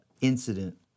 incident